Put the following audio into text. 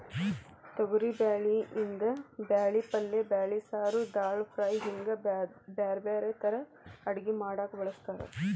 ತೊಗರಿಬ್ಯಾಳಿಯಿಂದ ಬ್ಯಾಳಿ ಪಲ್ಲೆ ಬ್ಯಾಳಿ ಸಾರು, ದಾಲ್ ಫ್ರೈ, ಹಿಂಗ್ ಬ್ಯಾರ್ಬ್ಯಾರೇ ತರಾ ಅಡಗಿ ಮಾಡಾಕ ಬಳಸ್ತಾರ